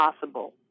possible